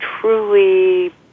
truly